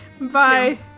Bye